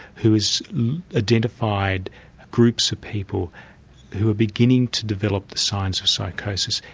who has identified groups of people who are beginning to develop the signs of psychosis,